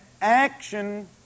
action